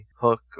hook